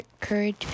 courage